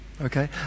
okay